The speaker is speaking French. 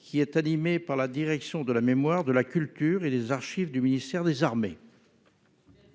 qui est animé par la direction de la mémoire de la culture et les archives du ministère des Armées.